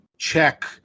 check